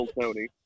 Tony